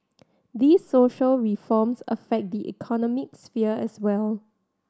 these social reforms affect the economic sphere as well